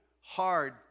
hard